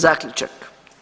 Zaključak.